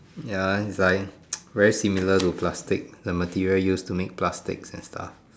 ya is like very similar to plastic the material to make plastics and stuff